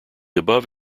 above